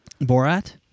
borat